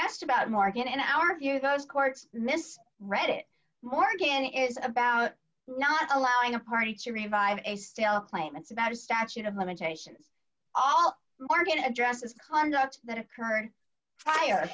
asked about market in our view those courts mis read it more again is about not allowing a party to revive a stale claim it's about a statute of limitations all martin addresses conduct that occurred prior